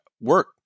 work